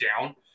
down